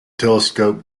telescope